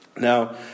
Now